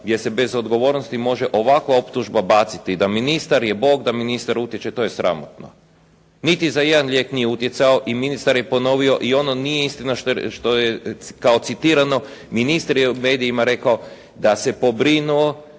jer se bez odgovornosti može ovakva optužba baciti da ministar je Bog, da ministar utječe, to je sramotno. Niti za jedan lijek nije utjecao i ministar je ponovio, i ono nije istina što je kao citirano, ministar je u medijima rekao da se pobrinuo